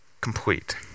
complete